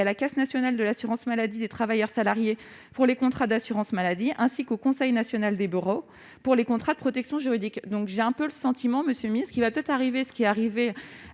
à la Caisse nationale de l'assurance maladie des travailleurs salariés, pour les contrats d'assurance-maladie ainsi qu'au Conseil national des barreaux pour les contrats de protection juridique, donc j'ai un peu le sentiment Monsieur qui va peut-être arriver ce qui est arrivé